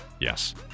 Yes